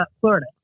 Florida